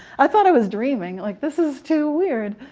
i thought i was dreaming, like this is too weird!